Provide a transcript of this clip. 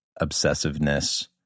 obsessiveness